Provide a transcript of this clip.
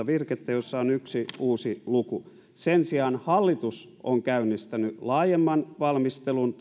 virkettä jossa on yksi uusi luku sen sijaan hallitus on käynnistänyt laajemman valmistelun